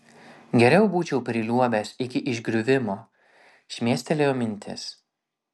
geriau būčiau priliuobęs iki išgriuvimo šmėstelėjo mintis